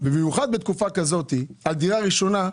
במיוחד בתקופה כזאת, על דירה ראשונה,